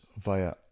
via